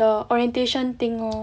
the orientation thing lor